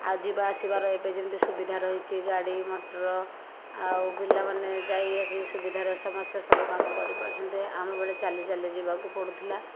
ଆଉ ଯିବା ଆସିବାର ଏବେ ଯେମିତି ସୁବିଧା ରହିଛି ଗାଡ଼ି ମଟର ଆଉ ପିଲାମାନେ ଯାଇ ଆସି ସୁବିଧାରେ ସମସ୍ତେ ସବୁ କାମ କରିପାରୁଛନ୍ତି ଆମ ବେଳେ ଚାଲି ଚାଲି ଯିବାକୁ ପଡ଼ୁଥିଲା